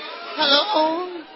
Hello